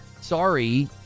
sorry